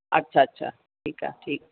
अच्छा अच्छा ठीकु आहे ठीकु